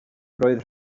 roedd